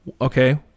Okay